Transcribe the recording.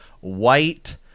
white